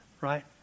right